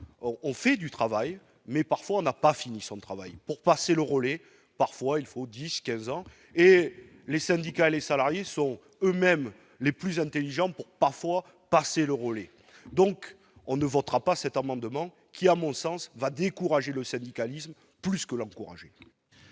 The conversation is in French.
on fait du travail, mais parfois on n'a pas fini son travail pour passer le rôle, et parfois il faut 10, 15 ans, et les syndicats, les salariés sont eux-mêmes les plus intelligents pour parfois passer le rôle, et donc on ne votera pas cet amendement qui, à mon sens va décourager le syndicalisme plus que l'encourager.